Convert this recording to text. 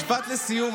משפט לסיום.